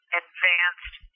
advanced